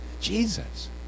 Jesus